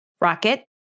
Rocket